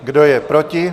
Kdo je proti?